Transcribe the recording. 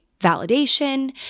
validation